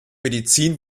medizin